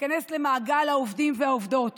להיכנס למעגל העובדים והעובדות